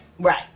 Right